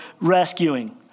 rescuing